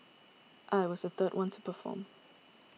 I was the third one to perform